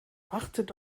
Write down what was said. wartet